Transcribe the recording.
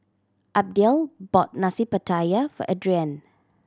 Abdiel bought Nasi Pattaya for Adrienne